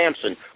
Samson